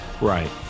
Right